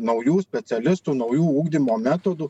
naujų specialistų naujų ugdymo metodų